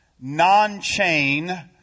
non-chain